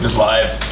and live.